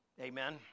Amen